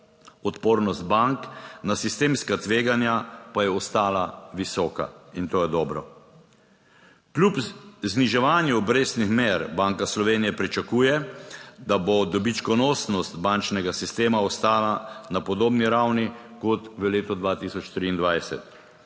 odpornost bank na sistemska tveganja pa je ostala visoka in to je dobro. Kljub zniževanju obrestnih mer Banka Slovenije pričakuje, da bo dobičkonosnost bančnega sistema ostala na podobni ravni kot v letu 2023.